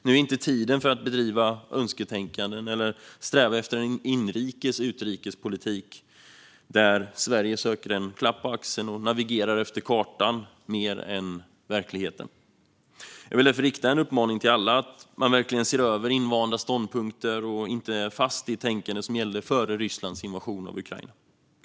Nu är inte tiden att bedriva önsketänkande eller att sträva efter en inrikes utrikespolitik där Sverige söker en klapp på axeln och navigerar efter kartan mer än verkligheten. Jag vill därför rikta en uppmaning till alla att verkligen se över invanda ståndpunkter och inte fastna i det tänkande som gällde före Rysslands invasion av Ukraina.